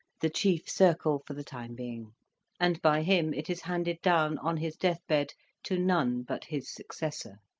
the chief circle for the time being and by him it is handed down on his death-bed to none but his successor.